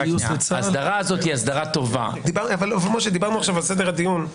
ההסדרה הזאת היא הסדרה טובה --- דיברנו עכשיו על סדר הדיון,